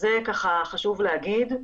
חשוב להגיד.